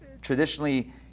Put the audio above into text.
Traditionally